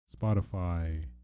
Spotify